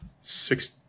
six